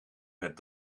met